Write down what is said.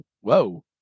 Whoa